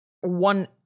one